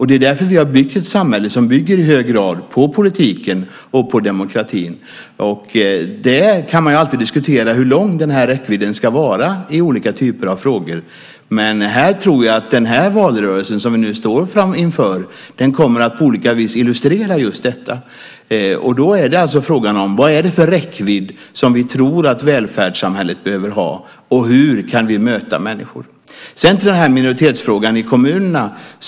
Det är därför vi byggt ett samhälle som bygger i hög grad på politiken och på demokratin. Man kan alltid diskutera hur lång räckvidden ska vara i olika typer av frågor. Den valrörelse som vi nu står inför kommer att på olika vis illustrera just detta. Då är det fråga om: Vad är det för räckvidd som vi tror att välfärdssamhället behöver ha, och hur kan vi möta människor? Sedan går jag över till frågan om minoriteten i kommunerna.